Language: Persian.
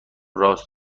راست